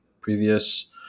previous